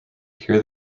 hear